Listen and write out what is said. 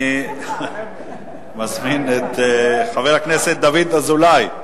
אני מזמין את חבר הכנסת דוד אזולאי.